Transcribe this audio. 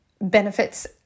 benefits